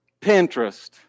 Pinterest